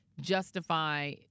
justify